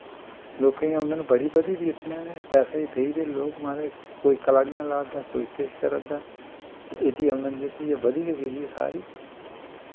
लोकें दी आमदन बड़ा बधी दी एह्दे नै ते पैहे गी पेई दे लोग म्हाराज कोई कलाड़ियां ला दा कोई किश करा दा ते एह्दी आमदन जेह्ड़ी ऐ बधी गै गेदी ऐ सारी